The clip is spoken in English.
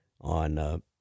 on